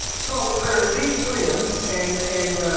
so there are these friends and and